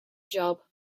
job